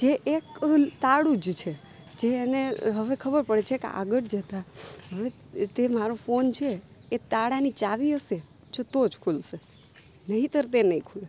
જે એક તાળું જ છે જે એને હવે ખબર પડે છે આગળ જતાં તે મારો ફોન છે એ તાળાની ચાવી હશે તો જ ખૂલશે નહીંતર તે નહીં ખૂલે